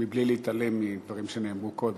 מבלי להתעלם מדברים שנאמרו קודם.